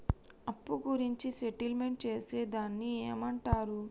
అప్పు గురించి సెటిల్మెంట్ చేసేదాన్ని ఏమంటరు?